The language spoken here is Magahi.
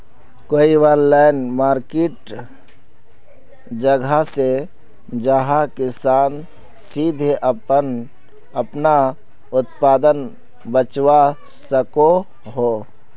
कोई ऑनलाइन मार्किट जगह छे जहाँ किसान सीधे अपना उत्पाद बचवा सको हो?